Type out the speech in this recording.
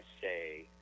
say